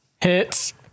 hits